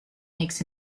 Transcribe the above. makes